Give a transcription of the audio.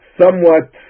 somewhat